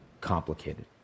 complicated